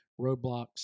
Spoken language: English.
roadblocks